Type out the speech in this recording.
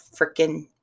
freaking